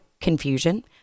confusion